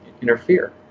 interfere